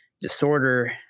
Disorder